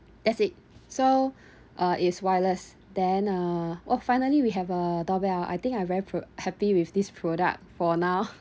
that's it so uh it's wireless then uh oh finally we have a doorbell I think I very happy with this product for now